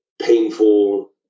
painful